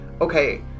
okay